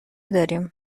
داریم